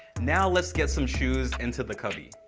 now let's get some shoes into the cubby.